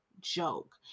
joke